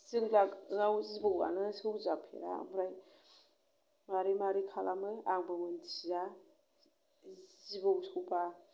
जों लागोआव जिबौआनो सौजाफेरा ओमफ्राय माबोरै माबोरै खालामो आंबो मिन्थिया जिबौ सौबा